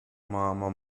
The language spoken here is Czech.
máma